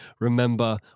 remember